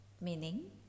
meaning